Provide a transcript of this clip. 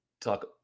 talk